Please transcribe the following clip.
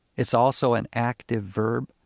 it's also an active verb.